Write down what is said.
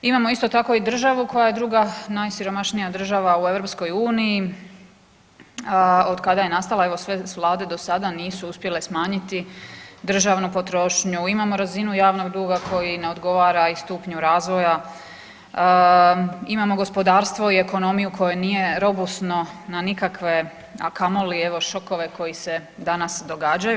Imamo isto tako i državu koja je druga najsiromašnija država u EU, od kada je nastala, evo sve su Vlade do sada, nisu uspjele smanjiti državnu potrošnju, imamo razinu javnog duga koji ne odgovara i stupnju razvoja, imamo gospodarstvo i ekonomiju koje nije robusno na nikakve, a kamoli, evo, šokove koji se danas događaju.